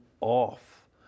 off